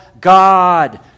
God